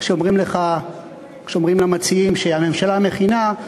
כשאומרים למציעים שהממשלה מכינה,